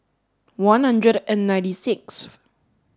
one hundred and ninety six